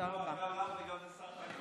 שאלה קבועה גם לך וגם לשר החקלאות.